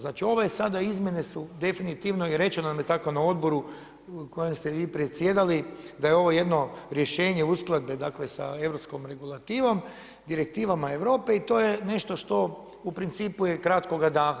Znači ove sada izmjene su, definitivno i rečeno nam je tako na odboru kojim ste vi predsjedali da je ovo jedno rješenje uskladbe dakle sa europskom regulativom, direktivama Europe i to je nešto što u principu je kratkoga daha.